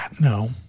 No